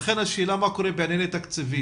לכן השאלה היא מה קורה בענייני תקציבים,